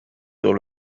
sur